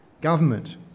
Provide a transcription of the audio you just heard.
government